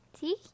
See